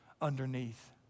underneath